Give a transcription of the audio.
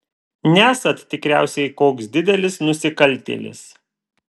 nesat tikriausiai koks didelis nusikaltėlis